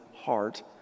heart